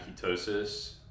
ketosis